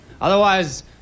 Otherwise